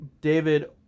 David